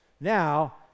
now